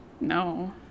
No